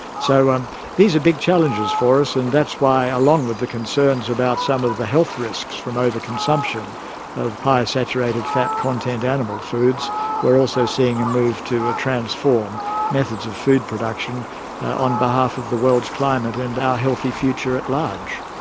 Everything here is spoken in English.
so, um these are big challenges for us and that's why along with the concerns about some of the health risks from over consumption of higher saturated fat content animal foods we're also seeing a move to transform methods of food production on behalf of the world's climate and our healthy future at large.